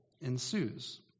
ensues